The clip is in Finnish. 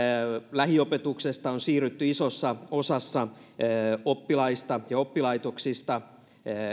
lähiopetuksesta on siirrytty isossa osassa oppilaitoksista